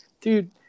dude